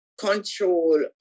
Control